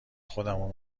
خودمو